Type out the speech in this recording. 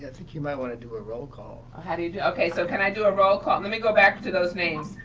ah think you might wanna do a roll call. how do you do? okay, so can i do a roll call? let me go back to those names.